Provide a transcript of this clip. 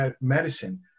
medicine